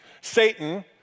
Satan